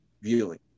viewing